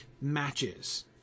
matches